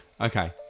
Okay